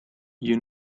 you